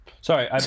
Sorry